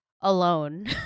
alone